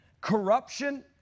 corruption